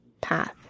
path